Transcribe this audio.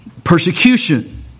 Persecution